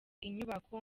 inyubako